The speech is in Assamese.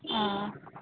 অঁ